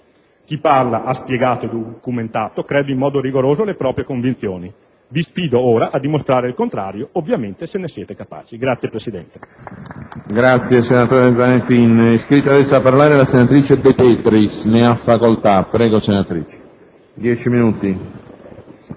Chi parla ha spiegato e documentato, credo in modo rigoroso, le proprie convinzioni. Vi sfido ora a dimostrare il contrario, ovviamente se ne siete capaci. *(Applausi